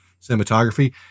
cinematography